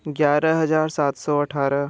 ग्यारह हज़ार सात सौ अट्ठारह